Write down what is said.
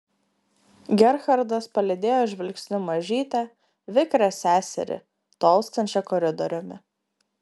gerhardas palydėjo žvilgsniu mažytę vikrią seserį tolstančią koridoriumi